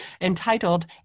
entitled